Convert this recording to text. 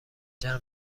جمع